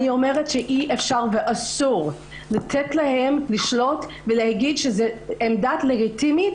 אני אומרת שאי אפשר ואסור לתת להם לשלוט ולהגיד שזו עמדה לגיטימית